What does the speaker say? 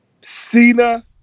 Cena